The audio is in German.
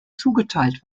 zugeteilt